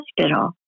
Hospital